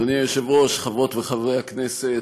אדוני היושב-ראש, חברות וחברי הכנסת,